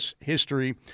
history